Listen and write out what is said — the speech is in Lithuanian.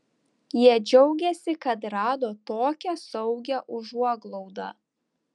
jie džiaugiasi kad rado tokią saugią užuoglaudą